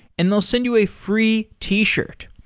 and they'll send you a free t-shirt.